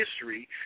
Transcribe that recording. history